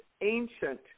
ancient